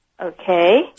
Okay